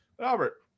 albert